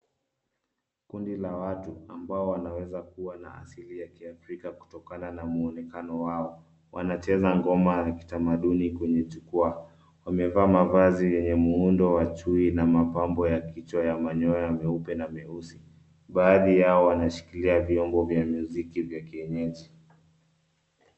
Kundi la watu ambao wanaweza kuwa na asili ya kiafrika kutokana na na muonekano wao wanacheza ngoma ya kitamaduni kwenye jukwaa. Wamevaa mavazi yenye muundo wa chui na mapambo ya kichwa ya manyoya meupe na meusi baadhi yao wanashikilia vyombo vya muziki vya kienyeji.